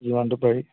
যিমানটো পাৰি